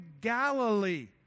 Galilee